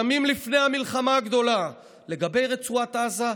ימים לפני המלחמה הגדולה: "לגבי רצועת עזה,